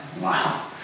Wow